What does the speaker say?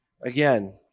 again